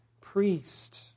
priest